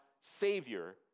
Savior